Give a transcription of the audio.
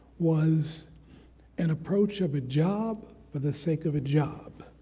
was an approach of a job for the sake of a job.